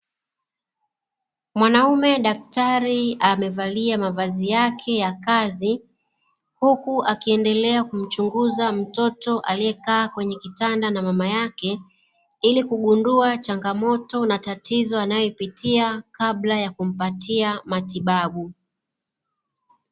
Mwanaume daktari amevalia mavazi yake Ya kazi huku akiendelea kumchunguza mtoto Aliye kaa kwenye kitanda na mama yake Ili kugundua changamoto na tatizo anayoipitia kabla ya kumpatia matibabu